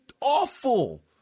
awful